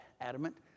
adamant